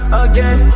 again